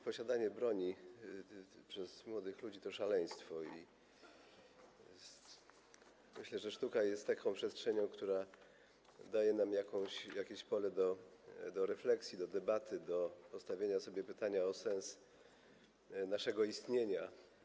Posiadanie broni przez młodych ludzi to szaleństwo i myślę, że sztuka jest taką przestrzenią, która daje nam jakieś pole do refleksji, do debaty, do postawienia sobie pytania o sens naszego istnienia.